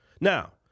Now